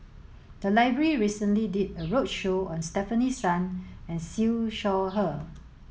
the library recently did a roadshow on Stefanie Sun and Siew Shaw Her